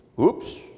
oops